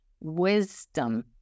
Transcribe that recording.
wisdom